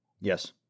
Yes